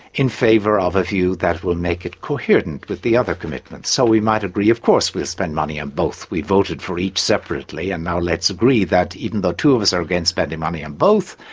in favour of a view that will make it coherent with the other commitments. so we might agree, of course we'll spend money on both, we voted for each separately and now let's agree that even though two of us are against spending money on both,